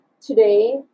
today